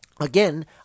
again